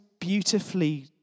beautifully